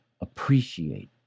appreciate